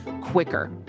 quicker